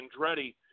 Andretti